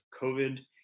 COVID